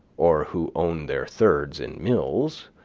or who own their thirds in mills,